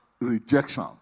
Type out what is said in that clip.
rejection